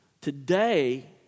Today